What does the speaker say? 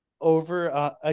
over